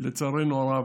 שלצערנו הרב,